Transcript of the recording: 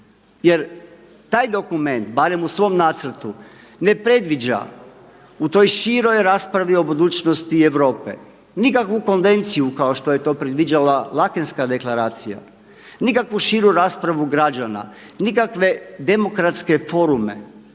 jer taj dokument, barem u svom nacrtu, ne predviđa u toj široj raspravi o budućnosti Europe nikakvu konvenciju kao što je to predviđala Laekenska deklaracija, nikakvu širu raspravu građana, nikakve demokratske forume